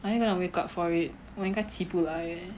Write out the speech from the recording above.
I ain't going to wake up for it 我应该起不来 leh